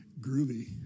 Groovy